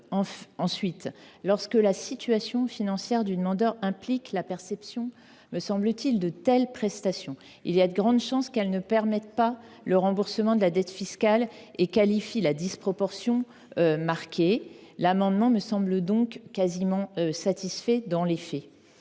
ailleurs, lorsque la situation financière du demandeur implique la perception de telles prestations, il y a de grandes chances que celle ci ne permette pas le remboursement de la dette fiscale et qualifie la disproportion marquée. L’amendement me semble donc quasiment satisfait dans les faits.